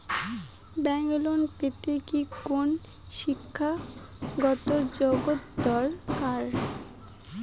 Bank loan পেতে কি কোনো শিক্ষা গত যোগ্য দরকার?